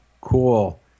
Cool